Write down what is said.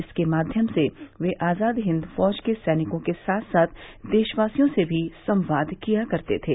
इसके माध्यम से वे आजाद हिंद फौज के सैनिकों के साथ साथ देशवासियों से भी संवाद किया करते थे